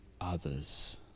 others